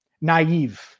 naive